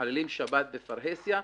מחללים שבת בפרהסיה,